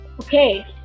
Okay